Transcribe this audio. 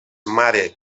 mare